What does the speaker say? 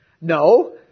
No